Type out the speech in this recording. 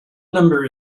number